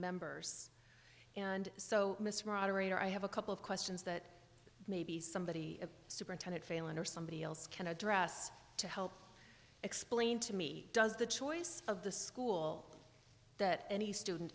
nonmembers and so misrata rater i have a couple of questions that maybe somebody superintendent failon or somebody else can address to help explain to me does the choice of the school that any student